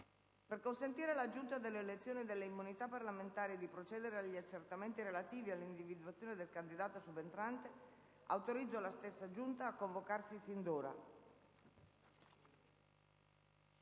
Per consentire alla Giunta delle elezioni e delle immunità parlamentari di procedere agli accertamenti relativi all'individuazione del candidato subentrante, autorizzo la stessa Giunta a convocarsi sin d'ora.